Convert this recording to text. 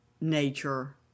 nature